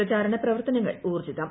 പ്രചാരണപ്രവർത്തനങ്ങൾ ഊർജ്ജിതം